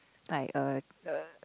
like uh uh